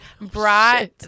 brought